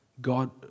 God